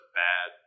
bad